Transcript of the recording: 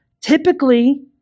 typically